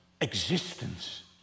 existence